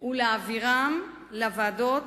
ולהעבירם לוועדות